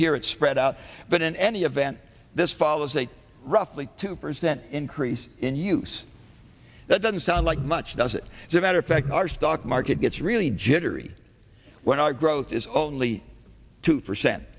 here it's spread out but in any event this follows a roughly two percent increase in use that doesn't sound like much does it as a matter of fact our stock market gets really jittery when our growth is only two percent